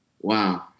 Wow